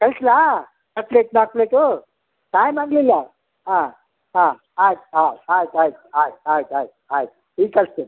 ಕಳಿಸ್ಲಾ cutlet ನಾಲ್ಕು plate time ಆಗಲಿಲ್ಲ ಹಾಂ ಹಾಂ ಆಯ್ತು ಆಯ್ತು ಆಯ್ತು ಆಯ್ತು ಆಯ್ತು ಆಯ್ತು ಆಯ್ತು ಈಗ ಕಳಿಸ್ತೇನೆ